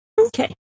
Okay